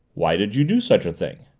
why did you do such a thing?